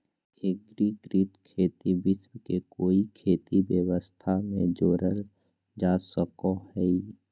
एग्रिकृत खेती विश्व के कोई खेती व्यवस्था में जोड़ल जा सको हइ